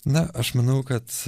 na aš manau kad